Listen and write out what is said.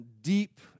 deep